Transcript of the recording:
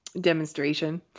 demonstration